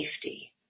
safety